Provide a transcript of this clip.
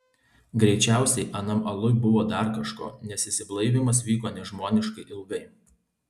greičiausiai anam aluj buvo dar kažko nes išsiblaivymas vyko nežmoniškai ilgai